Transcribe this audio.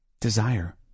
Desire